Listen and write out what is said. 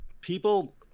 people